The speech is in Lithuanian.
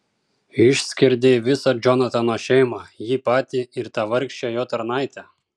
išskerdei visą džonatano šeimą jį patį ir tą vargšę jo tarnaitę